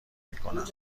میکنم